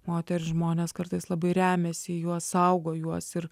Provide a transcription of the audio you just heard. moterys žmonės kartais labai remiasi į juos saugo juos ir